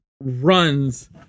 runs